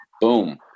Boom